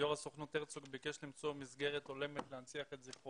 הוא חוד החנית שמוביל אותנו בכלל